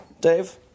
Dave